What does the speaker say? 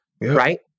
Right